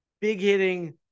big-hitting